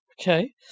Okay